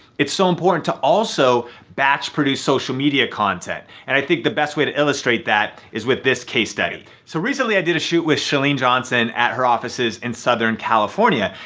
it's so important to also batch produce social media content. and i think the best way to illustrate that is with this case study. so recently i did a shoot with chalene johnson at her offices in southern california.